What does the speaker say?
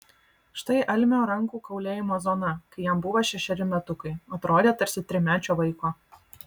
štai almio rankų kaulėjimo zona kai jam buvo šešeri metukai atrodė tarsi trimečio vaiko